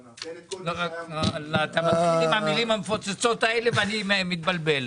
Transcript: אתה מתחיל עם המילים המפוצצות האלה ואני מתבלבל.